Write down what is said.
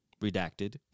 redacted